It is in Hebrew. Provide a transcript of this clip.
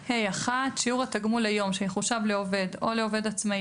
"(ה)(1)שיעור התגמול ליום שיחושב לעובד או לעובד עצמאי